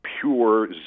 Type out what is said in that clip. pure